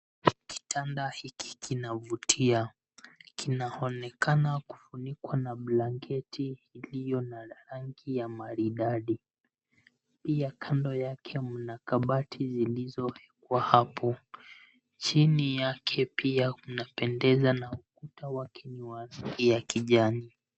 Kitanda hiki kinavutia. Kinaonekana kufunikwa na blanketi iliyo na rangi ya maridadi. Pia kando yake mna kabati zilizowekwa hapo. Chini yake pia mnapendeza na ukuta wake ni wa rangi ya kijani.